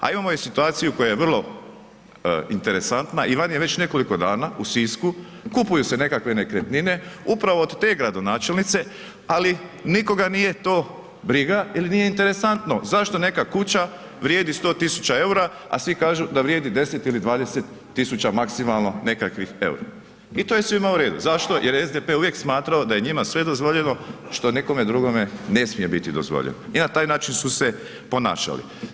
A imamo i situaciju koja je vrlo interesantna i vani je već nekoliko dana, u Sisku, kupuju se nekakve nekretnine upravo od te gradonačelnice ali nikoga nije to briga ili nije interesantno zašto neka kuća vrijedi 100 tisuća eura a svi kažu da vrijedi 10 ili 20 000 maksimalno nekakvih eura i to je svima u redu, zašto, jer SDP je uvijek smatrao da je njima sve dozvoljeno što nekome drugome ne smije biti dozvoljeno i na taj način su se ponašali.